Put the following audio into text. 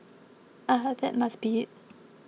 ah that must be it